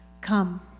come